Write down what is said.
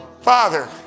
Father